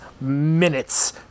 minutes